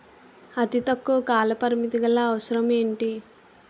అతి తక్కువ కాల పరిమితి గల అవసరం ఏంటి